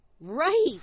Right